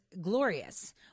glorious